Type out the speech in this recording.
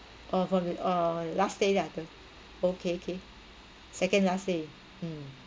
uh from the uh last day ah the okay K second last day mm